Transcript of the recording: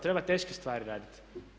Treba teške stvari raditi.